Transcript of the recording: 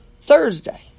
Thursday